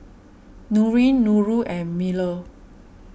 Nurin Nurul and Melur